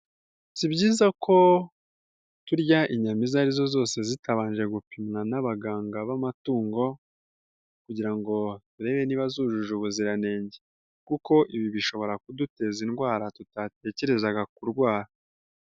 Si byiza ko turya inyamazo arizo zose zitabanje gupimwa n'abaganga b'amatungo kugira ngo barebe niba zujuje ubuziranenge, kuko ibi bishobora kuduteza indwara tutatekerezaga kurwara.